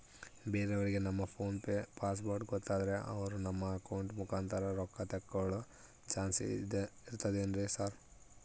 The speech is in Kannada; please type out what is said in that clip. ಬೇರೆಯವರಿಗೆ ನಮ್ಮ ಫೋನ್ ಪೆ ಪಾಸ್ವರ್ಡ್ ಗೊತ್ತಾದ್ರೆ ಅವರು ನಮ್ಮ ಅಕೌಂಟ್ ಮುಖಾಂತರ ರೊಕ್ಕ ತಕ್ಕೊಳ್ಳೋ ಚಾನ್ಸ್ ಇರ್ತದೆನ್ರಿ ಸರ್?